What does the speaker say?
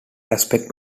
aspect